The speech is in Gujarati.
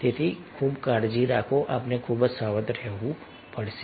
તેથી ખૂબ કાળજી રાખો આપણે ખૂબ જ સાવધ રહેવું પડશે